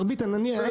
בלי, בלי.